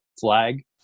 flag